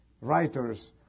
writers